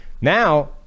now